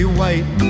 white